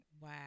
Wow